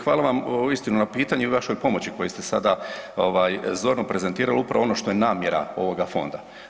Hvala vam uistinu na pitanju i vašoj pomoći koju ste sada zorno prezentirali, upravo ono što je namjera ovoga fonda.